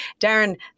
Darren